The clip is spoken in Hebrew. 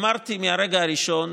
אמרתי מהרגע הראשון: